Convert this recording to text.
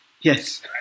yes